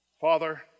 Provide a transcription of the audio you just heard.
Father